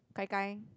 gai gai